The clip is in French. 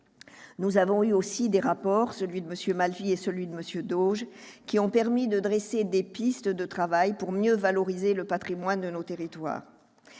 pu bénéficier de deux rapports, celui de M. Malvy et celui de M. Dauge, qui ont permis de lancer des pistes de travail pour mieux valoriser le patrimoine de nos territoires.